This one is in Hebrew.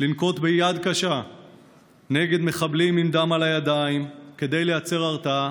לנקוט יד קשה נגד מחבלים עם דם על הידיים כדי לייצר הרתעה,